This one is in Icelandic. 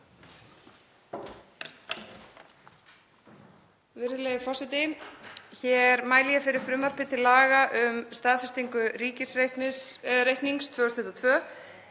Virðulegi forseti. Hér mæli ég fyrir frumvarpi til laga um staðfestingu ríkisreiknings 2002